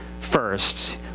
first